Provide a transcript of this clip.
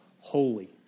holy